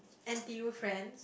N_T_U friends